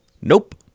Nope